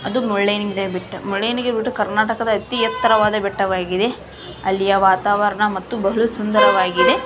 ಅದು ಮುಳ್ಳಯ್ಯನಗಿರಿ ಬೆಟ್ಟ ಮುಳ್ಳಯ್ಯನಗಿರಿ ಬೆಟ್ಟ ಕರ್ನಾಟಕದ ಅತಿ ಎತ್ತರವಾದ ಬೆಟ್ಟವಾಗಿದೆ ಅಲ್ಲಿಯ ವಾತಾವರಣ ಮತ್ತು ಬಲು ಸುಂದರವಾಗಿದೆ